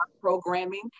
programming